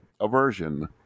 aversion